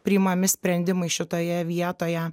priimami sprendimai šitoje vietoje